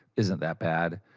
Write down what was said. isn't that bad.